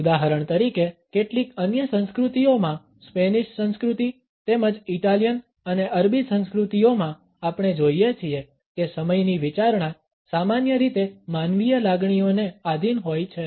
ઉદાહરણ તરીકે કેટલીક અન્ય સંસ્કૃતિઓમાં સ્પેનિશ સંસ્કૃતિ તેમજ ઇટાલિયન અને અરબી સંસ્કૃતિઓમાં આપણે જોઈએ છીએ કે સમયની વિચારણા સામાન્ય રીતે માનવીય લાગણીઓને આધિન હોય છે